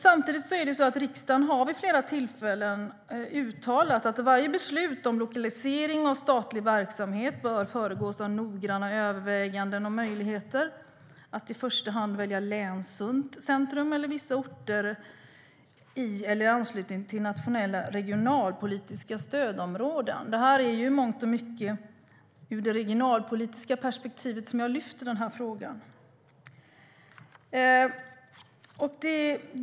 Samtidigt har riksdagen vid flera tillfällen uttalat att varje beslut om lokalisering av statlig verksamhet bör föregås av noggranna överväganden om möjligheter att i första hand välja länscentrum eller vissa orter i eller i anslutning till nationella regionalpolitiska stödområden. Det är i mångt och mycket i det regionalpolitiska perspektivet som jag lyfter den här frågan.